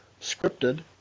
scripted